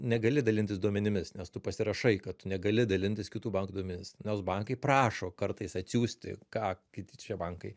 negali dalintis duomenimis nes tu pasirašai kad tu negali dalintis kitų bankų duomenimis nes bankai prašo kartais atsiųsti ką kiti čia bankai